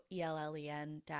ellen